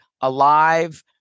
alive